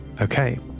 Okay